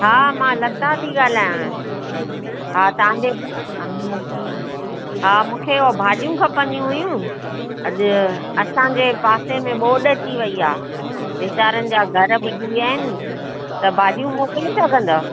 हा मां लता थी ॻाल्हायां हा तव्हांजे हा मूंखे उहो भाॼियूं खपंदी हुयूं अॼु असांजे पासे में ॿोॾि अची वई आहे वीचारनि जा घर ॿुॾी विया आहिनि त भाॼियूं मोकिले सघंदव